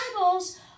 Bibles